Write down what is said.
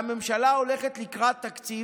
והממשלה הולכת לקראת תקציב,